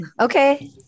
Okay